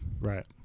Right